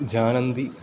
जानन्ति